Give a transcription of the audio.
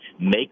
make